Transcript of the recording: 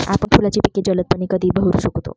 आपण फुलांची पिके जलदपणे कधी बहरू शकतो?